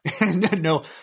No